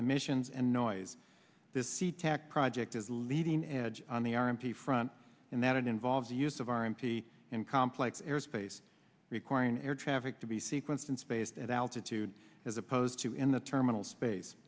emissions and noise this sea tac project is leading edge on the r and d front and that involves the use of our m p in complex airspace requiring air traffic to be sequenced in space at altitude as opposed to in the terminal space